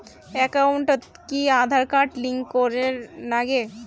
একাউন্টত কি Aadhaar card link করের নাগে?